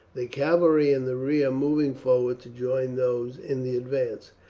the cavalry in the rear moving forward to join those in the advance,